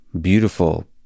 beautiful